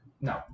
No